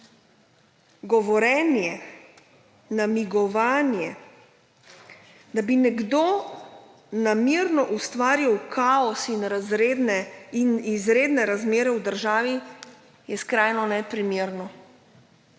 Govorjenje, namigovanje, da bi nekdo namerno ustvaril kaos in izredne razmere v državi, je skrajno neprimerno.